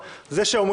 לכן אני מבקש